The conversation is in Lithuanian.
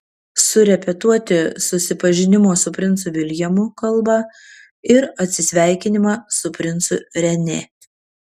surepetuoti susipažinimo su princu viljamu kalbą ir atsisveikinimą su princu renė